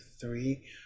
three